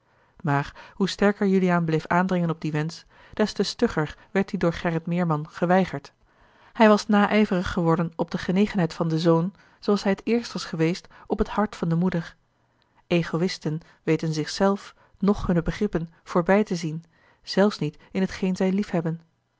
maar hoe sterker juliaan bleef aandringen op dien wensch des te stugger werd dien door gerrit meerman geweigerd hij was naijverig geworden op de genegenheid van den zoon zooals hij het eerst was geweest op het hart van de moeder egoïsten weten zich zelf noch hunne begrippen voorbij te zien zelfs niet in t geen zij liefhebben